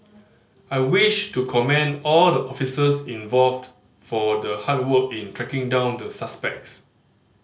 I wish to commend all the officers involved for the hard work in tracking down the suspects